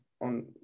on